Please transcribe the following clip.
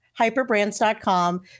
hyperbrands.com